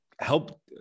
help